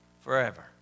forever